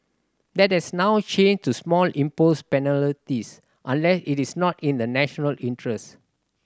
that has now changed to small impose penalties unless it is not in the national interest